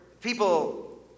people